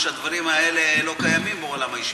כמו שהדברים האלה לא קיימים בעולם הישיבות,